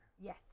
Yes